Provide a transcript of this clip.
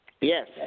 Yes